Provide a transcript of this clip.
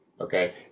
Okay